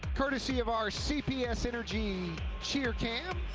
courtesy of our cps energy cheer cam.